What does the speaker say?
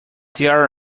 there